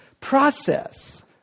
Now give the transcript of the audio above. process